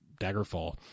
Daggerfall